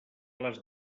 les